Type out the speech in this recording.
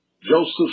Joseph